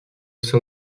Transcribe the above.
sein